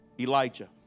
Elijah